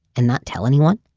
and not tell anyone?